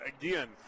again